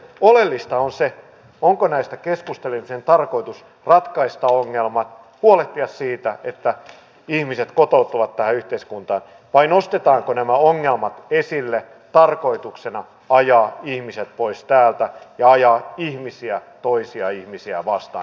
oleellista on se onko näistä keskustelemisen tarkoitus ratkaista ongelmat huolehtia siitä että ihmiset kotoutuvat tähän yhteiskuntaan vai nostetaanko nämä ongelmat esille tarkoituksena ajaa ihmiset pois täältä ja ajaa ihmisiä toisia ihmisiä vastaan